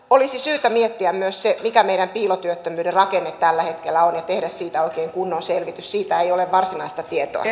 olisi syytä miettiä myös se mikä on piilotyöttömyyden rakenne tällä hetkellä ja tehdä siitä oikein kunnon selvitys siitä ei ole varsinaista tietoa